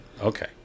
Okay